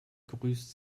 grüßt